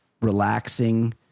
relaxing